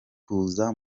huza